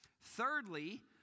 Thirdly